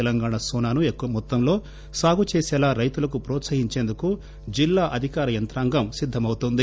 తెలంగాణ సోనాను ఎక్కువ మొత్తంలో సాగు చేసలా రైతులకు ప్రోత్సహించేందుకు జిల్లా అధికార యంత్రాంగం సిద్దమవుతోంది